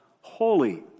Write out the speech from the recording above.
holy